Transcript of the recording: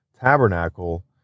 tabernacle